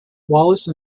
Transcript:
wallace